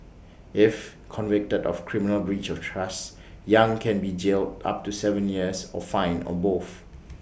if convicted of criminal breach of trust yang can be jailed up to Seven years or fined or both